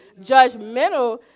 judgmental